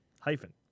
Hyphen